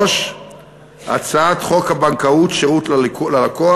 3. הצעת חוק הבנקאות (שירות ללקוח)